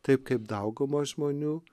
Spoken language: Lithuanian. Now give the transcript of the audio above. taip kaip dauguma žmonių